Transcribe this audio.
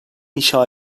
inşa